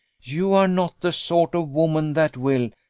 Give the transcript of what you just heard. you are not the sort of woman that will,